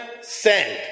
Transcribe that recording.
send